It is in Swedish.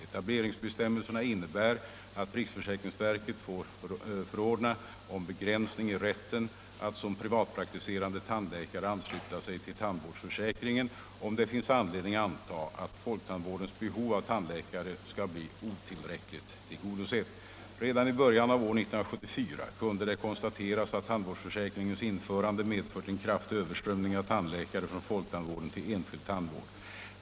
Etableringsbestämmelserna innebär att riksförsäkringsverket får förordna om begränsning i rätten att som privatpraktiserande tandläkare ansluta sig till tandvårdsförsäkringen, om det finns anledning antaga att folktandvårdens behov av tandläkare skall bli otillräckligt tillgodosett. Redan i början av år 1974 kunde det konstateras att tandvårdsförsäkringens införande medfört en kraftig överströmning av tandläkare från folktandvården till enskild tandvård.